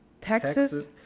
Texas